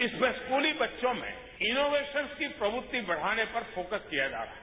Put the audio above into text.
इसमेंस्कूली बच्चों में इनोवेशन की प्रवृति बढ़ाने पर फोकस किया जा रहा है